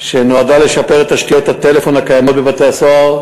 ונועדה לשפר את תשתיות הטלפון הקיימות בבתי-הסוהר,